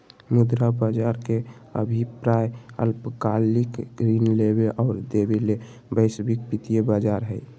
मुद्रा बज़ार के अभिप्राय अल्पकालिक ऋण लेबे और देबे ले वैश्विक वित्तीय बज़ार हइ